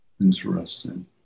Interesting